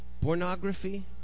Pornography